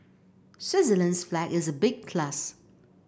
Switzerland's flag is a big plus